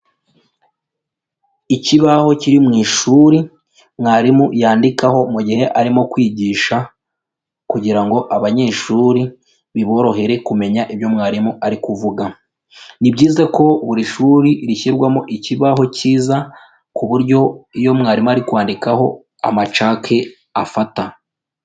Ikibaho kiri mu ishuri mwarimu yandikaho mu gihe arimo kwigisha kugira ngo abanyeshuri biborohere kumenya ibyo mwarimu ari kuvuga, ni byiza ko buri shuri rishyirwamo ikibaho cyiza ku buryo iyo mwarimu ari kwandikaho amacake afata.